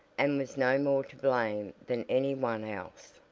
and was no more to blame than any one else.